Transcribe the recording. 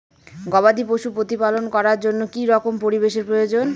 গবাদী পশু প্রতিপালন করার জন্য কি রকম পরিবেশের প্রয়োজন?